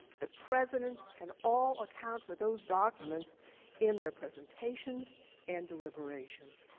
the president, can all account for those documents in their presentations and deliberations.